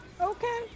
Okay